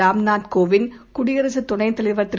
Ram Nath Kovind குடியரசுதுணைதலைவர்திரு